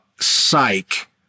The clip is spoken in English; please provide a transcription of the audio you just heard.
psych